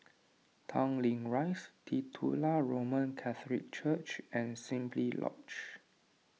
Tanglin Rise Titular Roman Catholic Church and Simply Lodge